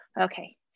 okay